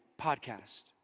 podcast